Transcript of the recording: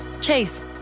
Chase